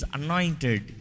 anointed